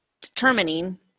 Determining